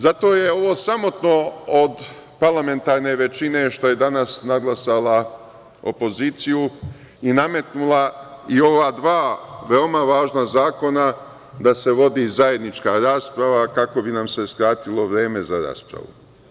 Zato je ovo sramotno od parlamentarne većine što je danas nadglasala opoziciju i nametnula i ova dva veoma važna zakona da se vodi zajednička rasprave kako bi nam se skratilo vreme za raspravu.